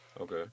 okay